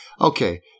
okay